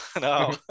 no